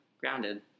Grounded